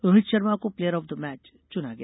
रोहित शर्मा को player of the match चुना गया